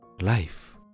life